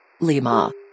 Lima